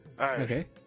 Okay